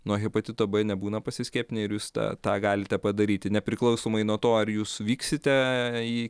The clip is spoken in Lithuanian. nuo hepatito b nebūna pasiskiepinę ir jūs tą tą galite padaryti nepriklausomai nuo to ar jūs vyksite į